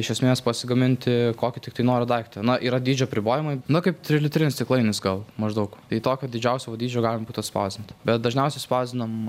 iš esmės pasigaminti kokį tiktai nori daiktą na yra dydžio apribojimai na kaip trilitrinis stiklainis gal maždaug tai tokio didžiausio va dydžio galima būtų atspausdinti bet dažniausiai spausdinam